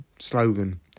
slogan